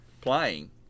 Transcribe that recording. playing